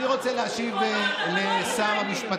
אני רוצה להשיב, ריבונות,